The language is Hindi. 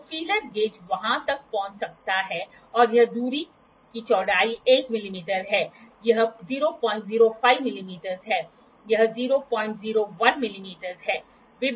तो फीलर गेज वहां तक पहुंच सकता है और यह दूरी की चौड़ाई 1 मिमी है यह 005 मिमी है यह 001 मिमी है